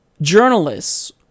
journalists